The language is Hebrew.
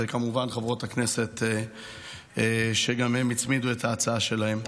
וכמובן חברות הכנסת שהצמידו את ההצעה שלהן,